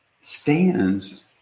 stands